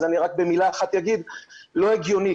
אני אומר רק במילה אחת שלא הגיוני,